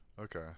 Okay